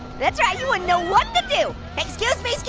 that's right, you wouldn't know what to do. excuse me,